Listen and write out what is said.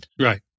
Right